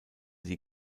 die